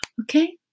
okay